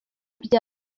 ibyaha